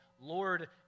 Lord